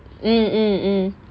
mm mm mm